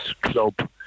club